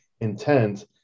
intent